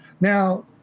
Now